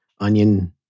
onion